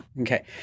okay